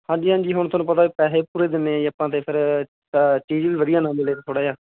ਹਾਂਜੀ ਹਾਂਜੀ ਹੁਣ ਤੁਹਾਨੂੰ ਪਤਾ ਪੈਸੇ ਪੂਰੇ ਦਿੰਦੇ ਹਾਂ ਜੀ ਆਪਾਂ ਅਤੇ ਫਿਰ ਚੀਜ਼ ਵੀ ਵਧੀਆ ਨਾ ਮਿਲੇ ਥੋੜ੍ਹਾ ਜਿਹਾ